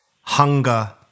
hunger